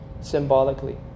symbolically